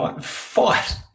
Fight